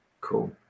cool